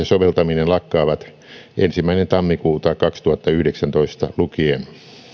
soveltaminen lakkaavat ensimmäinen tammikuuta kaksituhattayhdeksäntoista lukien